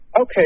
Okay